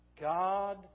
God